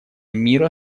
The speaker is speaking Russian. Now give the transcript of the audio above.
мира